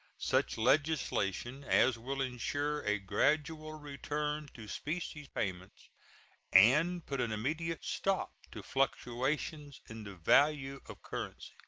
such legislation as will insure a gradual return to specie payments and put an immediate stop to fluctuations in the value of currency.